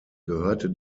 gehörte